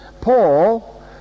Paul